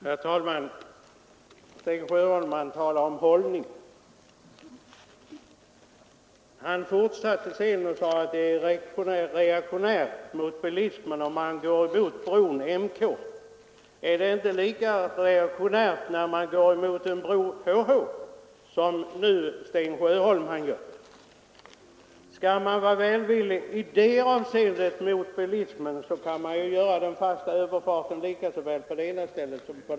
Herr talman! Herr Sjöholm talar om hållning. Han fortsatte med att säga att det är reaktionärt mot bilismen, om man går emot ett broförslag på KM-leden. Är det inte lika reaktionärt att gå mot en förbindelse på HH-leden som nu Sten Sjöholm gör? Om man skall vara välvillig i det avseendet mot bilismen, kan man lägga den fasta överfarten på det ena stället lika väl som på det andra.